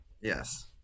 Yes